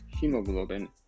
hemoglobin